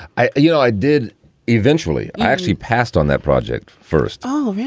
i you know i did eventually i actually passed on that project first. oh, yeah.